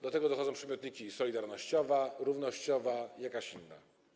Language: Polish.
Do tego dochodzą przymiotniki: solidarnościowa, równościowa i jakaś inna.